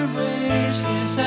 races